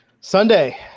Sunday